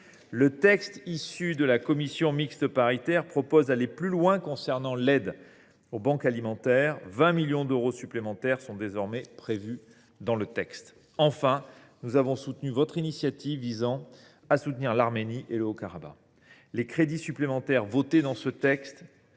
Le texte issu de la commission mixte paritaire permet d’aller plus loin en matière d’aide aux banques alimentaires : 20 millions d’euros supplémentaires sont désormais prévus dans le texte. Enfin, nous avons soutenu votre initiative visant à soutenir l’Arménie et le Haut Karabagh. Les crédits supplémentaires votés dans ce texte